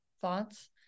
thoughts